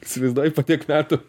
įsivaizduoji po tiek metų